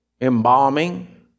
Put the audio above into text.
embalming